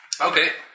Okay